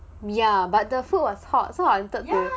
ya but the food was hot so I